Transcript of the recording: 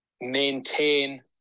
maintain